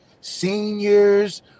seniors